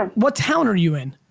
what town are you in?